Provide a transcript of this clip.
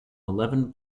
eleven